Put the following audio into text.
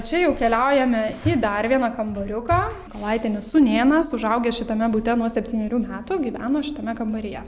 čia jau keliaujame į dar vieną kambariuką mykolaitienės sūnėnas užaugęs šitame bute nuo septynerių metų gyveno šitame kambaryje